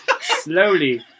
slowly